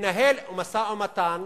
לנהל משא-ומתן